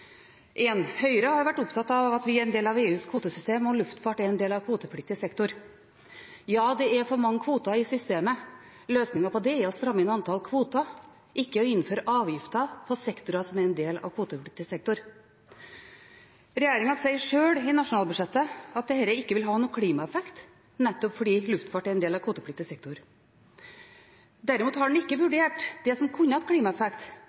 Høyre har vært opptatt av at vi er en del av EUs kvotesystem, og luftfart er en del av kvotepliktig sektor. Det er for mange kvoter i systemet. Løsningen på det er å stramme inn antall kvoter, ikke å innføre avgifter på sektorer som er en del av kvotepliktig sektor. Regjeringen sier selv i nasjonalbudsjettet at dette ikke vil ha noen klimaeffekt, nettopp fordi luftfart er en del av kvotepliktig sektor. Derimot har en ikke vurdert det som kunne hatt klimaeffekt,